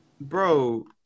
Bro